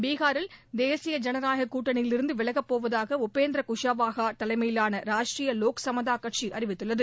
பிகாரில் தேசிய ஜனநாயகக் கூட்டணியிலிருந்து விலகப்போவதாக உபேந்திரா குஷாவா தலைமையிலான ராஷ்ட்டிரிய லோக் சமதாக் கட்சி அறிவித்துள்ளது